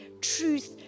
truth